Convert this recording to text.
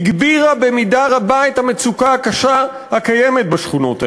הגבירה במידה רבה את המצוקה הקשה הקיימת בשכונות האלה.